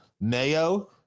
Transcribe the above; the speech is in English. mayo